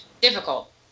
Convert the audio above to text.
difficult